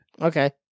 okay